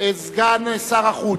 סגן שר החוץ.